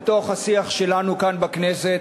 לתוך השיח שלנו כאן בכנסת,